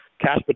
Cash